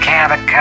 Cabot